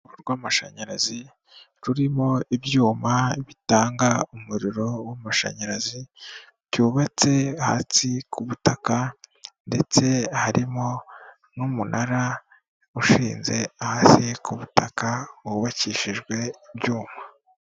Urugomero rw'amashanyarazi, rurimo ibyuma bitanga umuriro w'amashanyarazi, byubatse hasi ku butaka, ndetse harimo n'umunara ushinze hasi ku butaka, wubakishijwe ibyuma.